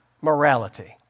morality